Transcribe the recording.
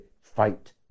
fight